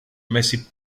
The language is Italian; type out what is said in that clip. mesi